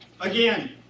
Again